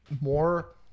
More